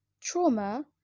Trauma